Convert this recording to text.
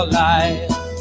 life